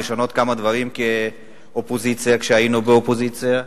לשנות כמה דברים כאופוזיציה כשהיינו באופוזיציה,